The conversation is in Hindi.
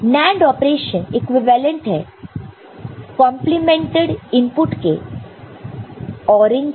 NAND ऑपरेशन इक्विवेलेंट है कंपलीमेंटेड इनपुट के ORing को